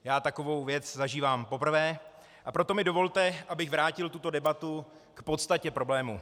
Já takovou věc zažívám poprvé, a proto mi dovolte, abych vrátil tuto debatu k podstatě problému.